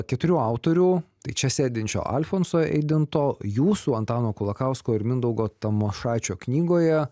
keturių autorių tai čia sėdinčio alfonso eidinto jūsų antano kulakausko ir mindaugo tamošaičio knygoje